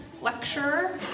lecturer